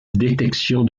détection